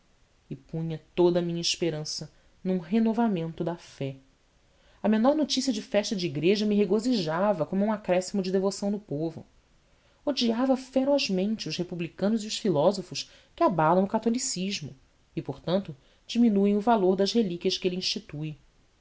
e punha toda a minha esperança num renovamento da fé a menor notícia de festa de igreja me regozijava como um acréscimo de devoção no povo odiava ferozmente os republicanos e os filósofos que abalam o catolicismo e portanto diminuem o valor das relíquias que ele instituiu